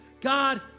God